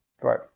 Right